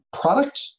product